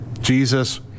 Jesus